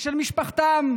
ושל משפחתם,